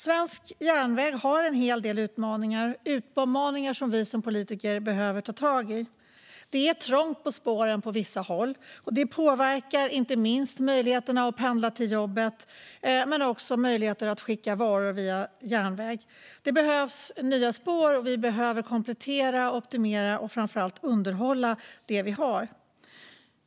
Svensk järnväg har en hel del utmaningar, utmaningar som vi som politiker behöver ta tag i. Det är trångt på spåren på vissa håll. Det påverkar inte minst möjligheterna att pendla till jobbet men också möjligheterna att skicka varor via järnväg. Det behövs nya spår, och vi behöver komplettera, optimera och framför allt underhålla det vi har.